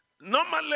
Normally